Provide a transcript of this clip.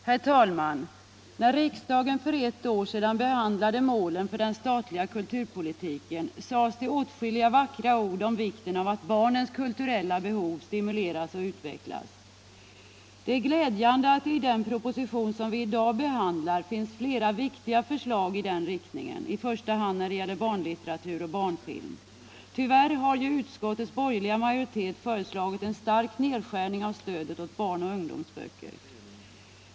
Herr talman! När riksdagen för ett år sedan behandlade målen för den statliga kulturpolitiken sades åtskilliga vackra ord om vikten av att bar nens kulturella behov stimuleras och utvecklas. Det är glädjande att det i den proposition som vi i dag behandlar finns flera viktiga förslag i den riktningen. I första hand gäller det barnlitteratur och barnfilm. Tyvärr har ju utskottets borgerliga majoritet föreslagit en stark nedskärning av stödet åt barnoch ungdomsböcker.